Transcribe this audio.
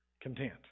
content